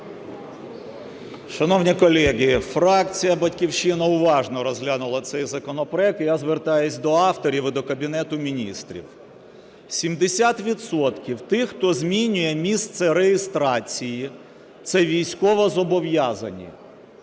Шановні колеги, фракція "Батьківщина" уважно розглянула цей законопроект. І я звертаюсь до авторів і до Кабінету Міністрів, 70 відсотків тих хто змінює місце реєстрації – це військовозобов'язані.